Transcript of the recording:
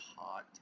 hot